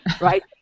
right